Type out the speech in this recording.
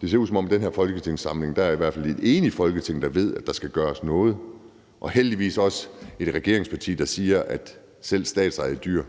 det ser ud til, at der i den her folketingssamling i hvert fald er et enigt Folketing, der ved, at der skal gøres noget, og heldigvis også et regeringsparti, der siger, at selv i forbindelse med statsejede dyr